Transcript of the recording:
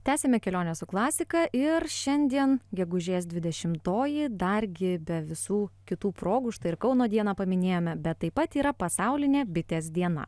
tęsiame kelionę su klasika ir šiandien gegužės dvidešimtoji dargi be visų kitų progų štai ir kauno dieną paminėjome bet taip pat yra pasaulinė bitės diena